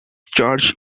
charge